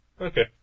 Okay